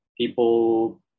people